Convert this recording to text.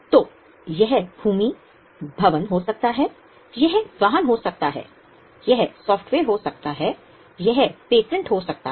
तो यह भूमि भवन हो सकता है यह वाहन हो सकता है यह सॉफ्टवेयर हो सकता है यह पेटेंट हो सकता है